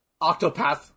Octopath